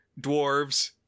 dwarves